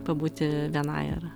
pabūti vienai ir